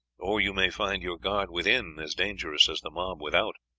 or you may find your guard within as dangerous as the mob without.